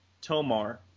Tomar